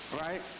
right